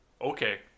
Okay